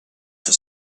for